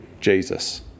Jesus